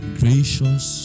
gracious